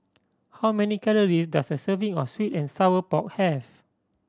how many calories does a serving of sweet and sour pork have